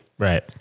Right